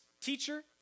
Teacher